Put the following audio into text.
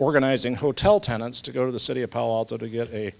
organizing hotel tenants to go to the city appalled so to get a